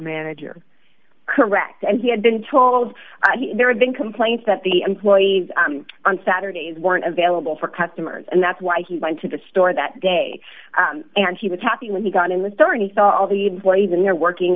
manager correct and he had been told there had been complaints that the employees on saturdays weren't available for customers and that's why he went to the store that day and he was happy when he got in the store and he thought all the boys in there working